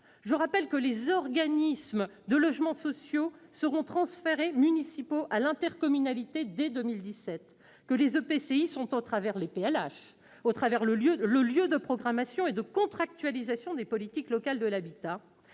Je rappelle que les organismes de logements sociaux municipaux seront transférés à l'intercommunalité dès 2017 et que les EPCI sont, au travers des PLH, le lieu de programmation et de contractualisation des politiques locales de l'habitat.